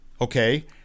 Okay